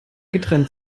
getrennt